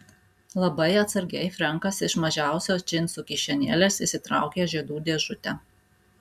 labai atsargiai frenkas iš mažiausios džinsų kišenėlės išsitraukė žiedų dėžutę